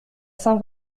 saint